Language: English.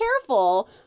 careful